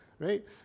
Right